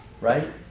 right